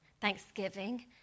thanksgiving